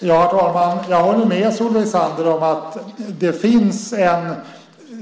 Herr talman! Jag håller med Solveig Zander om att det finns en